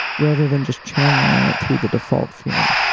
rather than just channeling it through the default feeling